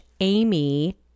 Amy